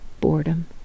boredom